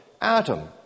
Adam